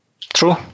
True